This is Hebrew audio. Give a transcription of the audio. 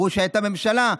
אמרו שהייתה ממשלה,